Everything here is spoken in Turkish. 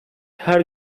her